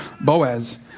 Boaz